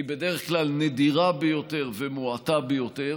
היא בדרך כלל נדירה ביותר ומועטה ביותר,